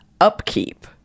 upkeep